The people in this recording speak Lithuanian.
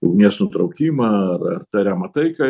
ugnies nutraukimą ar ar tariamą taiką